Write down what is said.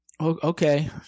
Okay